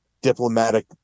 diplomatic